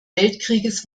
weltkrieges